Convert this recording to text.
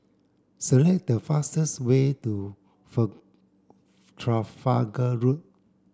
select the fastest way to Trafalgar road